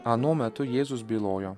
anuo metu jėzus bylojo